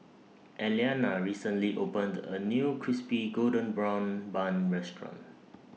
Elianna recently opened A New Crispy Golden Brown Bun Restaurant